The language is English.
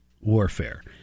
warfare